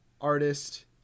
artist